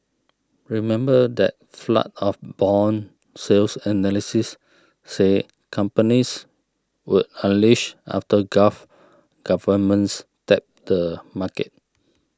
remember that flood of bond sales analysts said companies would unleash after gulf governments tapped the market